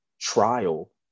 trial